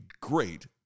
great